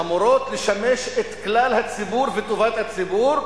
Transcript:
שאמורות לשמש את כלל הציבור וטובת הציבור,